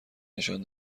نشان